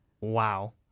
Wow